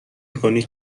میکنی